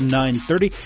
930